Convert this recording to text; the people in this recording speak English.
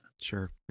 Sure